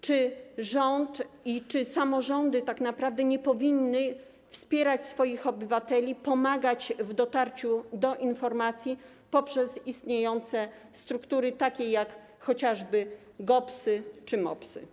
Czy rząd i czy samorządy tak naprawdę nie powinny wpierać swoich obywateli, pomagać w dotarciu do informacji poprzez istniejące struktury, takie jak chociażby GOPS-y czy MOPS-y?